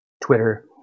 Twitter